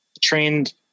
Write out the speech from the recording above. trained